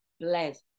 Bless